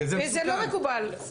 זה לא מקובל.